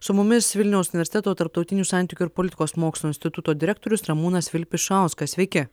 su mumis vilniaus universiteto tarptautinių santykių ir politikos mokslų instituto direktorius ramūnas vilpišauskas sveiki